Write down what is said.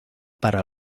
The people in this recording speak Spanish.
para